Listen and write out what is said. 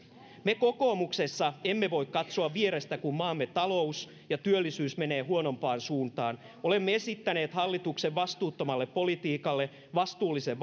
me kokoomuksessa emme voi katsoa vierestä kun maamme talous ja työllisyys menevät huonompaan suuntaan olemme esittäneet hallituksen vastuuttomalle politiikalle vastuullisen